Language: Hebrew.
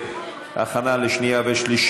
בבקשה, מי בעד ומי נגד?